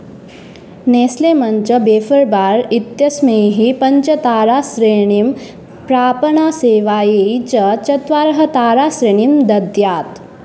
Nestle munch wafer bar इत्यस्मैः पञ्चताराश्रेणीं प्रापणसेवायै च चत्वारः ताराश्रेणीं दद्यात्